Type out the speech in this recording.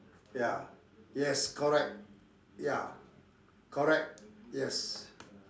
ya yes correct ya correct yes